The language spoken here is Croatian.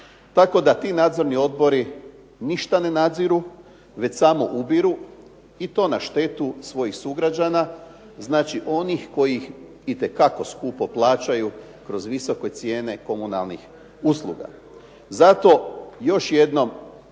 tako da ti nadzorni odbori ništa ne nadziru, već samo ubiru i to na štetu svojih sugrađana, znači onih kojih itekako skupo plaćaju kroz visoke cijene komunalnih usluga. Zato još jednom